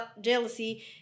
jealousy